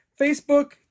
Facebook